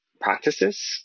practices